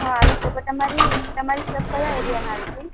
હાં આવી શકું તમારી તમારી શોપ કયા એરિયામાં આવી છે